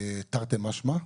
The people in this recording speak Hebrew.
תרתי משמע,